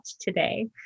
today